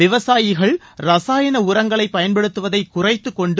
விவசாயிகள் ரசாயன உரங்களை பயன்படுத்துவதை குறைத்துக் கொண்டு